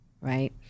right